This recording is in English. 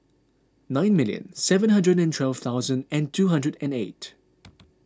nine million seven hundred and twelve thousand and two hundred and eight